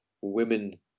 women